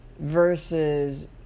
versus